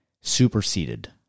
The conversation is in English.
superseded